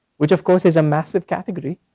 which of course is a massive category.